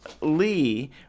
Lee